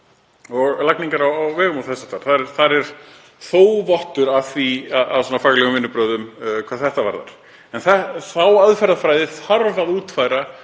lagningar á vegum og þess háttar. Það er þó vottur að faglegum vinnubrögðum hvað þetta varðar. En þá aðferðafræði þarf að útfæra